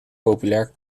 populair